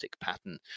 pattern